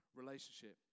relationship